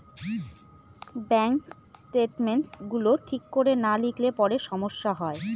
bank statements গুলো ঠিক করে না লিখলে পরে সমস্যা হয়